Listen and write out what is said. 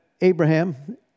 Abraham